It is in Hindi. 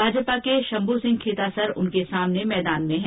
भाजपा के शंभूसिंह खेतासर उनके सामने मैदान में हैं